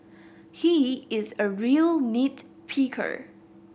he is a real nit picker